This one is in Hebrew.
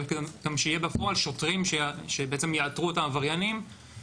אלא גם שיהיו בפועל שוטרים שבעצם יאתרו את העבריינים.